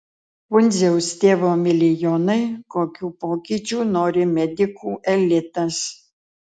pundziaus tėvo milijonai kokių pokyčių nori medikų elitas